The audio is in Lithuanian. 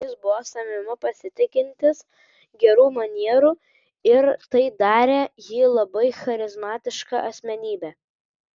jis buvo savimi pasitikintis gerų manierų ir tai darė jį labai charizmatiška asmenybe